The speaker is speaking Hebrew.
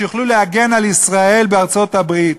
שיוכלו להגן על ישראל בארצות-הברית.